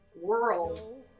world